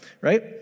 right